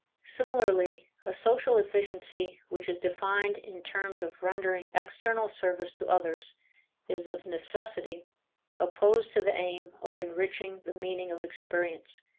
similarly a social efficiency which is defined in terms of rendering external service to others is of necessity opposed to the aim of enriching the meaning of experience,